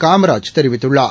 காமராஜ் தெரிவித்துள்ளார்